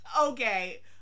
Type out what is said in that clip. Okay